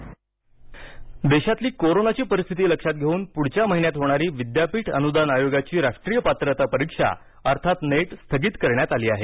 net स्थगित देशातली कोरोनाची परिस्थिती लक्षात घेऊन पुढच्या महिन्यात होणारी विद्यापीठ अनुदान आयोगाची राष्ट्रीय पात्रता परीक्षा अर्थात नेट स्थगित करण्यात आली आहे